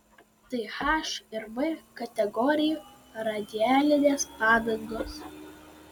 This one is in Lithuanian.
tai h ir v kategorijų radialinės padangos